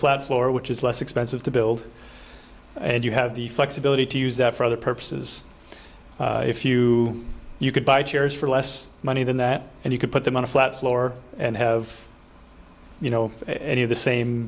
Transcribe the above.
flat floor which is less expensive to build and you have the flexibility to use that for other purposes if you you could buy chairs for less money than that and you could put them on a flat floor and have you know any of the same